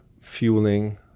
fueling